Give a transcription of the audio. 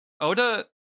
Oda